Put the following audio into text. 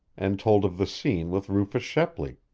and told of the scene with rufus shepley.